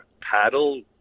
paddle